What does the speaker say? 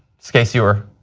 so case you were